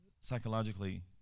psychologically